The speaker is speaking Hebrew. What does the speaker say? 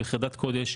בחרדת קודש.